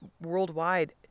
worldwide